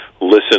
listen